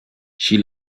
she